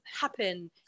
happen